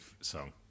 song